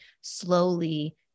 slowly